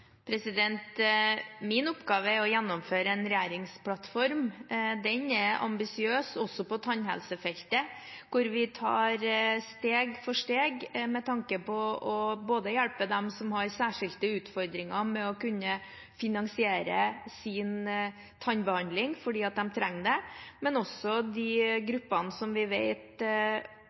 Min oppgave er å gjennomføre en regjeringsplattform. Den er ambisiøs også på tannhelsefeltet, hvor vi tar steg for steg med tanke på å hjelpe både dem som har særskilte utfordringer med å kunne finansiere sin tannbehandling, fordi de trenger det, og de gruppene som vi